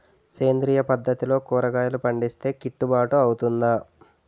సేంద్రీయ పద్దతిలో కూరగాయలు పండిస్తే కిట్టుబాటు అవుతుందా?